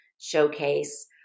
showcase